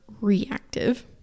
reactive